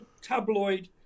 tabloid